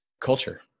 culture